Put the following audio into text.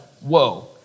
whoa